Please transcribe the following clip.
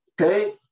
Okay